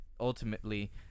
ultimately